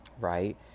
Right